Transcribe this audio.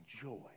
joy